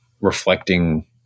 reflecting